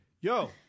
yo